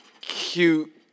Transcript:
cute